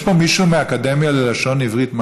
יש פה מישהו מהאקדמיה ללשון עברית?